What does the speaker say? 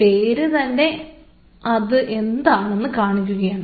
പേര് തന്നെ അത് എന്താണെന്ന് കാണിക്കുകയാണ്